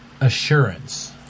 assurance